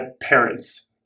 parents